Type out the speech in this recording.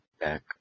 back